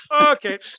Okay